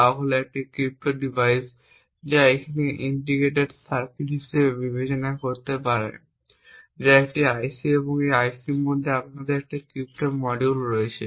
তা হল একটি ক্রিপ্টো ডিভাইস তাই আপনি এটিকে ইন্টিগ্রেটেড সার্কিট হিসাবে বিবেচনা করতে পারেন যা একটি আইসি এবং এই আইসির মধ্যে আমাদের একটি ক্রিপ্টো মডিউল রয়েছে